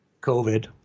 COVID